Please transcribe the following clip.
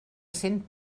sent